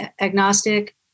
agnostic